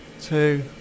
two